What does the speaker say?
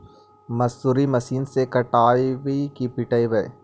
मसुरी मशिन से कटइयै कि पिटबै?